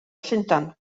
llundain